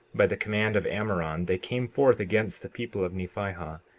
by the command of ammoron they came forth against the people of nephihah,